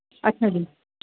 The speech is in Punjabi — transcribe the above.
ਅੱਛਾ ਜੀ